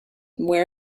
where